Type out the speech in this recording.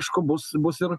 aišku bus bus ir